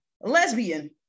lesbian